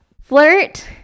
flirt